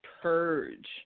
purge